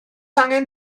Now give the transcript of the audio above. angen